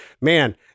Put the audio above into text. man